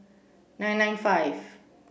nine nine five